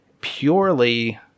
purely